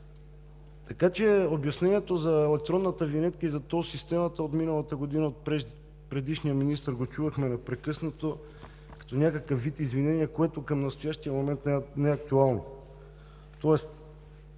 рядкост. Обяснението за електронната винетка и за тол системата от миналата година – от предишния министър го чувахме непрекъснато като някакъв вид извинение, към настоящия момент не е актуално. В